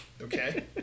Okay